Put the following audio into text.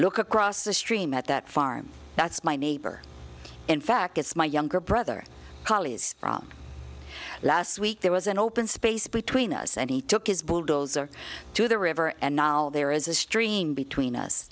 look across the stream at that farm that's my neighbor in fact it's my younger brother collies from last week there was an open space between us and he took his bulldozer to the river and there is a stream between us